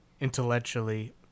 intellectually